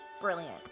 brilliant